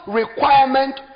requirement